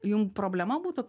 jum problema būtų